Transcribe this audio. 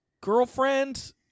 girlfriend